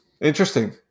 Interesting